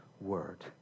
Word